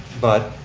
but